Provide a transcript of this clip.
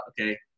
okay